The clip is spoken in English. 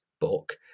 book